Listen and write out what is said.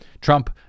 Trump